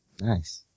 Nice